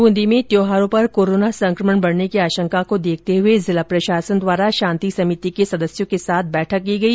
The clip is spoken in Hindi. बूंदी में त्यौहारों पर कोरोना संकमण बढ़ने की आशंका को देखते हुए जिला प्रशासन द्वारा शांति समिति के सदस्यों के साथ बैठक की गई